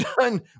done